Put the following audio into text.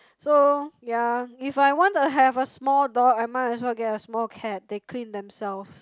so yeah if I want to have a small though I might as well get a small cat they clean themselves